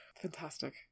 Fantastic